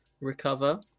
recover